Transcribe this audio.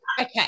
okay